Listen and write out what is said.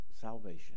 salvation